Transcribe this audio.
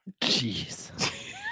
Jeez